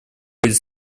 будет